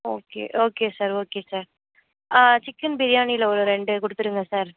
okay okay sir okay sir chicken பிரியாணியில ஒரு ரெண்டு கொடுத்துருங்க சார்